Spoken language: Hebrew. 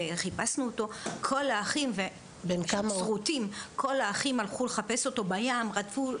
וחיפשנו אותו כל האחים הלכו לחפש אותו בים.